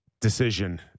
decision